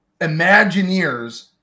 imagineers